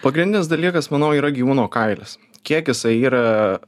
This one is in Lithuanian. pagrindinis dalykas manau yra gyvūno kailis kiek jisai yra